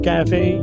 Cafe